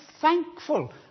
thankful